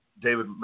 David